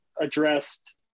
addressed